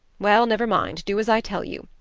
well, never mind, do as i tell you.